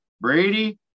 Brady